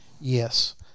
yes